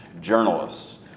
journalists